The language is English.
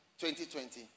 2020